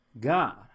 God